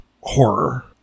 horror